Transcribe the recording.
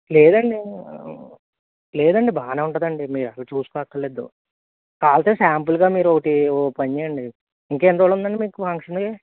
లేదండి లేదండి బాగానే ఉంటుంది అండి మీరు అసలు చూసుకో అక్కర్లేదు కావలిస్తే సాంపిల్గా మీరు ఒకటి ఓ పని చేయండి ఇంకా ఎన్ని రోజులు ఉంది అండి మీకు ఫంక్షన్కి